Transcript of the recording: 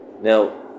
Now